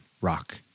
rock